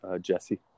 Jesse